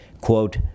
quote